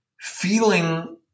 feeling